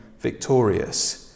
victorious